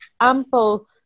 ample